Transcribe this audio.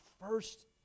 first